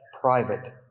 private